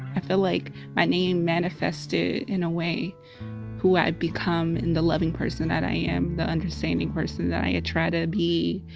i feel like my name manifested in a way who i! ve become and the loving person that i am, the understanding person that i ah try to be,